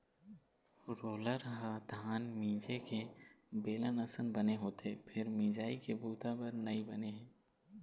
roller ह धान मिंजे के बेलन असन बने होथे फेर मिंजई के बूता बर नइ बने हे